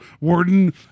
Warden